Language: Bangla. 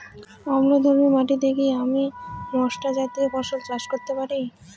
অম্লধর্মী মাটিতে কি আমি মশলা জাতীয় ফসল চাষ করতে পারি?